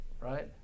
right